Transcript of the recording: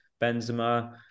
Benzema